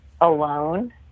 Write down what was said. alone